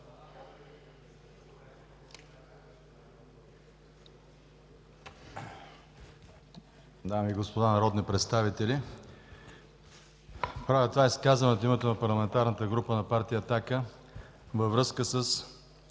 Дами и господа народни представители! Правя това изказване от името на Парламентарната група на Партия „Атака” във връзка с